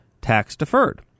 tax-deferred